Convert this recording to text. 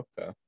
okay